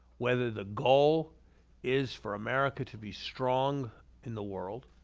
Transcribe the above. whether the goal is for america to be strong in the world,